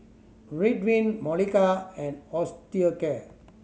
Ridwind Molicare and Osteocare